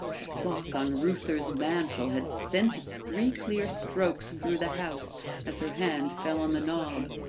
the clock on reuther's mantel had sent its three clear strokes through the house as her hand fell on the knob,